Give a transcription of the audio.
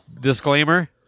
Disclaimer